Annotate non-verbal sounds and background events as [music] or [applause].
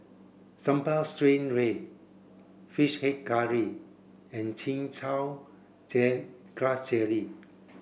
sambal stingray fish head curry and chin chow [unintelligible] grass jelly